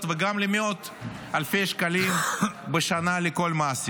וגם למאות אלפי שקלים בשנה לכל מעסיק.